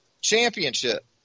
championship